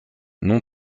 non